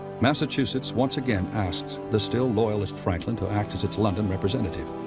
massachusetts once again asks the still loyalist franklin to act as its london representative.